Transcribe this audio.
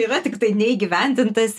yra tiktai neįgyvendintas